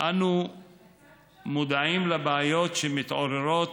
אנו מודעים לבעיות שמתעוררות